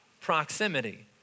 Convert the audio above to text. proximity